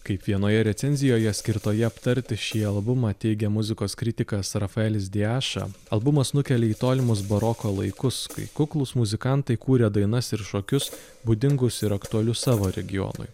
kaip vienoje recenzijoje skirtoje aptarti šį albumą teigia muzikos kritikas rafaelis diaša albumas nukelia į tolimus baroko laikus kai kuklūs muzikantai kūrė dainas ir šokius būdingus ir aktualius savo regionui